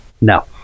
No